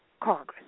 Congress